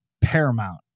paramount